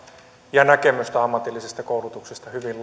ja näkemystä ammatillisesta koulutuksesta hyvin